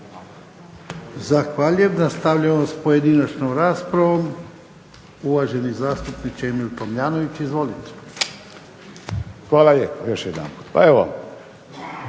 Zahvaljujem. Nastavljamo sa pojedinačnom raspravom, uvaženi zastupnik Emil Tomljanović. Izvolite. **Tomljanović,